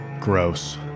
Gross